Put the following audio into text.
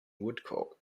woodcourt